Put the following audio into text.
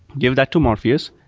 give that to morpheus.